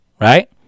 right